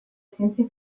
ciencia